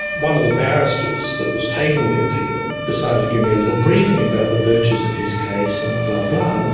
one of the barristers that was taking the appeal decided to give me a little briefing about the virtues of his case, and blah-blah. and